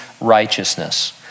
righteousness